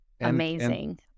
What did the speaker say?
Amazing